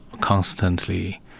constantly